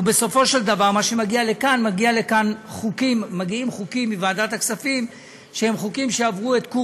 ובסופו של דבר מה שמגיע לכאן הם חוקים מוועדת הכספים שעברו את כור